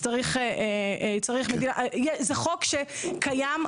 זה חוק שקיים,